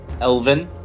Elven